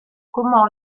comment